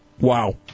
Wow